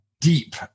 deep